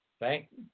thank